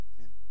Amen